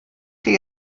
chi